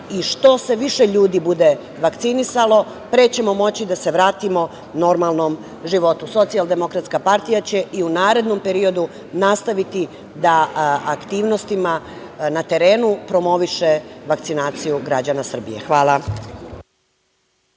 i što se više ljudi bude vakcinisalo, pre ćemo moći da se vratimo normalnom životu. Socijaldemokratska partija će i u narednom periodu nastaviti da aktivnostima na terenu promoviše vakcinaciju građana Srbije. Hvala.